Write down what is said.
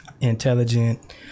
intelligent